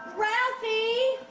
ralphie!